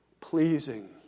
pleasing